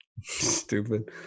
Stupid